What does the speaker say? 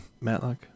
matlock